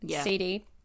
CD